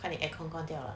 eh air con 关掉 liao